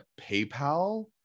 PayPal